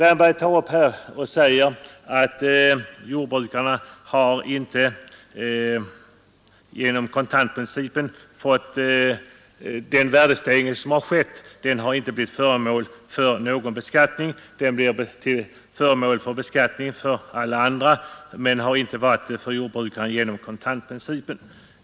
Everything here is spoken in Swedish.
Herr Wärnberg säger att den värdestegring som skett blir föremål för beskattning för alla andra men att den inte har varit det för jordbrukare genom kontantprincipen.